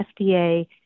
FDA